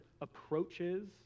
approaches